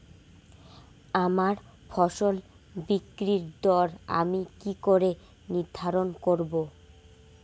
আমার ফসল বিক্রির দর আমি কি করে নির্ধারন করব?